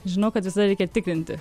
žinau kad visada reikia tikrinti